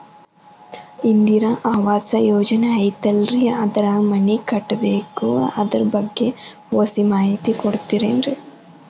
ಇಂದಿರಾ ಆವಾಸ ಯೋಜನೆ ಐತೇಲ್ರಿ ಅದ್ರಾಗ ಮನಿ ಕಟ್ಬೇಕು ಅದರ ಬಗ್ಗೆ ಒಸಿ ಮಾಹಿತಿ ಕೊಡ್ತೇರೆನ್ರಿ?